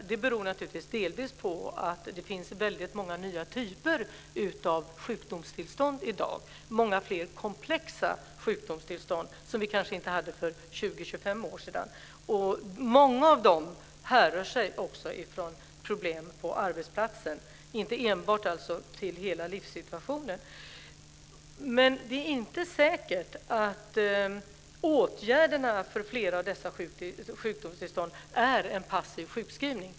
Detta beror naturligtvis delvis på att det finns många nya typer av sjukdomstillstånd i dag, många fler komplexa sjukdomstillstånd som vi kanske inte hade för 20-25 år sedan. Många av dessa beror också på problem på arbetsplatsen och alltså inte på hela livssituationen. Det är inte säkert att den bästa åtgärden för dessa sjukdomstillstånd är en passiv sjukskrivning.